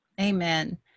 Amen